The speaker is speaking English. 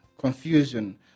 confusion